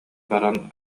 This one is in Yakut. баран